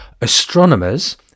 astronomers